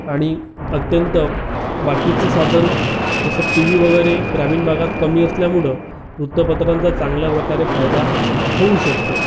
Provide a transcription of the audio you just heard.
आणि अत्यंत बाकीचं साधन जसं टीव्ही वगैरे ग्रामीण भागात कमी असल्यामुळं वृत्तपत्रांचा चांगल्या प्रकारे फायदा होऊ शकतो